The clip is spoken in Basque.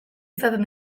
izaten